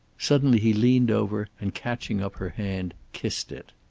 suddenly he leaned over and catching up her hand, kissed it.